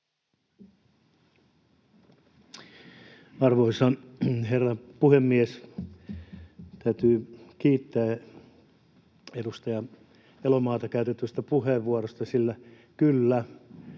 Arvoisa herra puhemies! Täytyy kiittää edustaja Elomaata käytetystä puheenvuorosta, sillä kyllä,